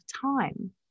time